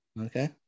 Okay